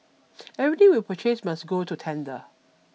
everything that we purchase must go to tender